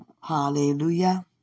Hallelujah